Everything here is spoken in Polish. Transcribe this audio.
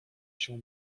się